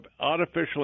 artificial